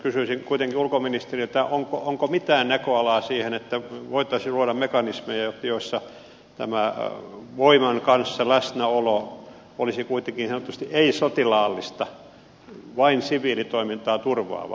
kysyisin kuitenkin ulkoministeriltä onko mitään näköalaa siihen että voitaisiin luoda mekanismeja joissa tämä voiman kanssa läsnäolo olisi kuitenkin niin sanotusti ei sotilaallista vain siviilitoimintaa turvaavaa